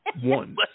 one